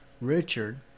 Richard